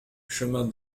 chemin